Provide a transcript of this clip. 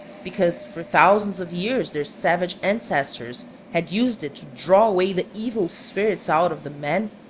because for thousands of years their savage ancestors had used it to draw away the evil spirits out of the man,